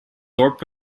thorp